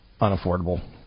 unaffordable